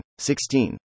16